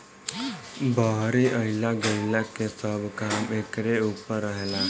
बहरी अइला गईला के सब काम एकरे ऊपर रहेला